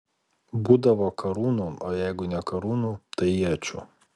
būdavo karūnų o jeigu ne karūnų tai iečių